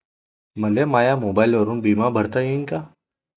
मले माया मोबाईलवरून बिमा भरता येईन का?